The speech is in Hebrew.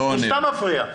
הוא סתם מפריע.